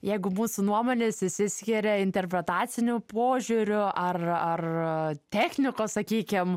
jeigu mūsų nuomonės išsiskiria interpretaciniu požiūriu ar ar technikos sakykim